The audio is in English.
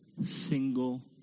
single